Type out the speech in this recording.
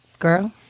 Girl